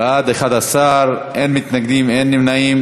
בעד, 11, אין מתנגדים, אין נמנעים.